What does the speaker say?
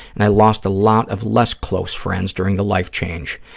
and i lost a lot of less-close friends during the life change.